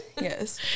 Yes